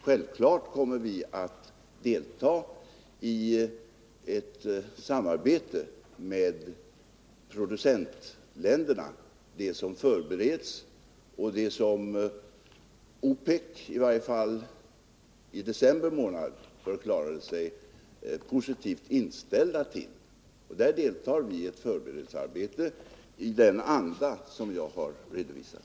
Självklart kommer Sverige att delta i ett samarbete med producentländerna, det som förbereds och det som OPEC i varje fall i december månad förklarade sig positivt inställd till. Där deltar vi i ett förberedelsearbete i den anda som jag har redovisat.